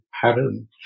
pattern